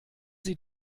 sie